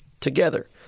together